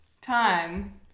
time